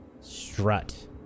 strut